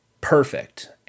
perfect